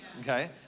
Okay